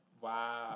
Wow